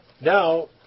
Now